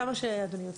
כמה שאדוני ירצה.